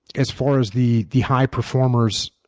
as far as the the high performers,